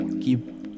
keep